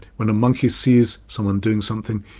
when a monkey sees someone doing something,